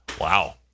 Wow